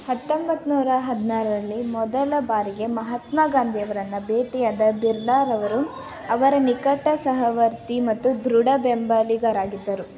ಹತ್ತೊಂಬತ್ತು ನೂರ ಹದಿನಾರರಲ್ಲಿ ಮೊದಲ ಬಾರಿಗೆ ಮಹಾತ್ಮ ಗಾಂಧಿಯವರನ್ನು ಭೇಟಿಯಾದ ಬಿರ್ಲಾರವರು ಅವರ ನಿಕಟ ಸಹವರ್ತಿ ಮತ್ತು ದೃಢ ಬೆಂಬಲಿಗರಾಗಿದ್ದರು